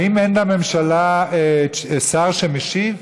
האם אין לממשלה שר שמשיב?